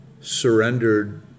surrendered